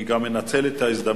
אני גם אנצל את ההזדמנות,